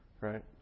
Right